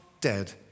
dead